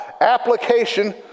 application